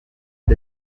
ati